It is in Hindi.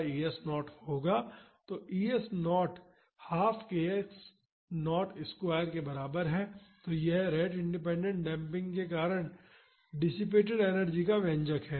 तो E S naught half k x naught square के बराबर है तो यह रेट इंडिपेंडेंट डेम्पिंग के कारण डिसिपेटड एनर्जी का व्यंजक है